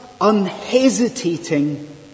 unhesitating